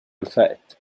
الفائت